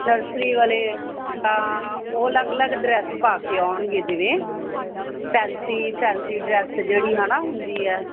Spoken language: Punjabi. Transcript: ਨਰਸਰੀ ਵਾਲੇ ਉਹ ਅਲੱਗ ਅਲੱਗ ਡਰੈਸ ਪਾ ਕੇ ਆਉਣਗੇ ਜਿਵੇਂ ਫੈਂਸੀ ਫੈਂਸੀ ਡਰੈਸ ਜਿਹੜੀ ਹੈ ਨਾ ਹੁੰਦੀ ਹੈ